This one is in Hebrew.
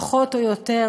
פחות או יותר,